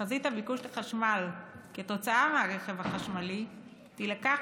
תחזית הביקוש לחשמל כתוצאה מהרכב החשמלי תילקח